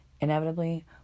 Inevitably